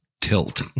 Tilt